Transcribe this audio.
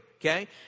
okay